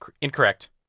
Incorrect